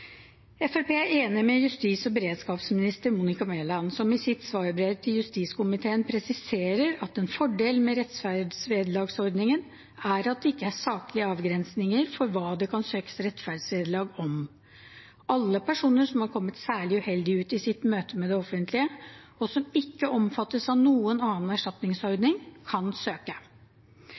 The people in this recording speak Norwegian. er. Fremskrittspartiet er enig med justis- og beredskapsminister Monica Mæland, som i sitt svarbrev til justiskomiteen presiserer at en fordel med rettferdsvederlagsordningen er at det ikke er saklige avgrensninger for hva det kan søkes rettferdsvederlag for. Alle personer som har kommet særlig uheldig ut i sitt møte med det offentlige, og som ikke omfattes av noen annen erstatningsordning, kan søke.